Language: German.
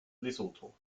lesotho